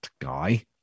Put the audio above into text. guy